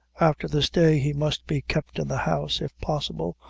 after this day he must be kept in the house, if possible,